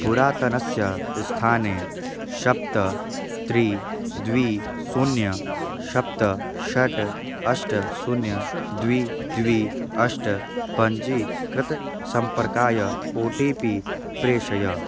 पुरातनस्य स्थाने सप्त त्रीणि द्वे शून्यं सप्त षट् अष्ट शून्यं द्वे द्वे अष्ट पञ्जीकृत सम्पर्काय ओ टि पि प्रेषय